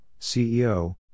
CEO